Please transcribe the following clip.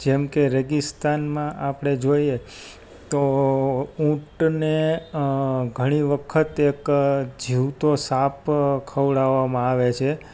જેમકે રેગિસ્તાનમાં આપણે જોઈએ તો ઉંટને ઘણી વખત એક જીવતો સાપ ખવડાવવામાં આવે છે